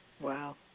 Wow